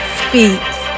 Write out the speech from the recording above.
speaks